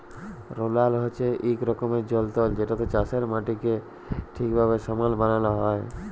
roller হছে ইক রকমের যল্তর যেটতে চাষের মাটিকে ঠিকভাবে সমাল বালাল হ্যয়